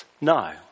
no